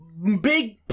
big